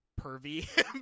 pervy